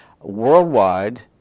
worldwide